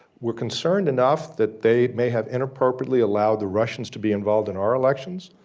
we're concerned enough that they may have inappropriately allow the russians to be involved in our elections,